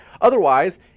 Otherwise